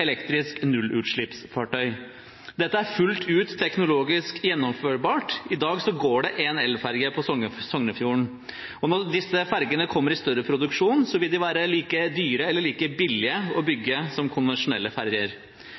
elektrisk nullutslippsfartøy. Dette er fullt ut teknologisk gjennomførbart. I dag går det en elferje på Sognefjorden, og når disse ferjene kommer i større produksjon, vil de være like dyre eller like billige å bygge som konvensjonelle ferjer.